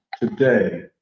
today